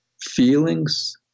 feelings